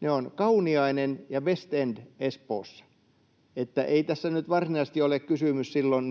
Ne ovat Kauniainen ja Westend Espoossa. Että ei tässä katsannossa nyt varsinaisesti ole kysymys silloin